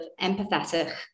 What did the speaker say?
empathetic